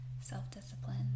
self-discipline